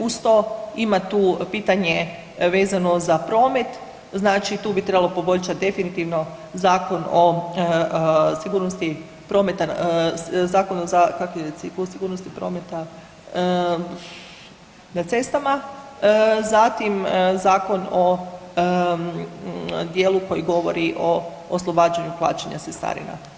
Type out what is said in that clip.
Uz to ima tu pitanje vezano za promet, znači tu bi trebalo poboljšati definitivno Zakon o sigurnosti prometa, kako ide, o sigurnosti prometa na cestama, zatim zakon o dijelu koji govori o oslobađanju plaćanja cestarina.